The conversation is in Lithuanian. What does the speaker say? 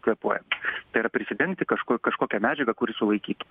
kvėpuojant tai yra prisidengti kaž kažkokia medžiaga kuri sulaikytų